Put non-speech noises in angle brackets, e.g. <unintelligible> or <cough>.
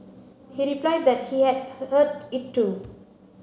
he replied that he had <unintelligible> heard it too